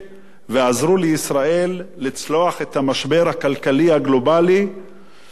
ועזרו לישראל לצלוח את המשבר הכלכלי הגלובלי הקשה